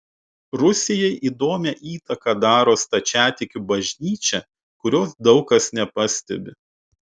rusijai įdomią įtaką daro stačiatikių bažnyčia kurios daug kas nepastebi